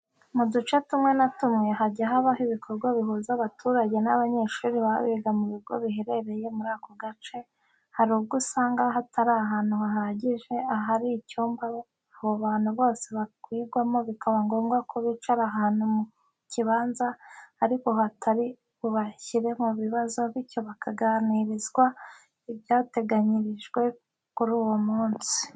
Mu duce tumwe na tumwe hajya habaho ibikorwa bihuza abaturage n'abanyeshuri baba biga mu bigo biherereye muri ako gace, hari ubwo usanga hatari ahantu hahagije, hari icyumba abo bantu bose bakwirwamo bikaba ngombwa ko bicara ahantu mu kibanza ariko hatari bubashyire mu bibazo bityo bakaganirizwa ibyateganyijwe kuri uwo munsi.